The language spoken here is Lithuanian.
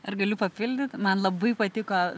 ar galiu papildyt man labai patiko